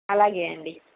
అలాగే అండి